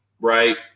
right